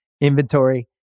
inventory